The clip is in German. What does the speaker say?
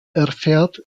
erfährt